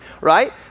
right